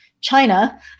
China